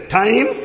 time